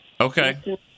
Okay